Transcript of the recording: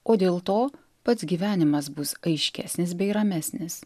o dėl to pats gyvenimas bus aiškesnis bei ramesnis